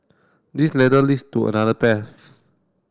this ladder leads to another path